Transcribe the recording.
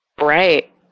Right